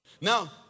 Now